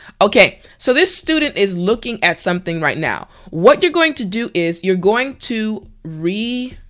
okay so this student is looking at something right now. what you're going to do is you're going to review